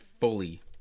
fully